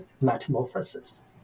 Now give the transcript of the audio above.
metamorphosis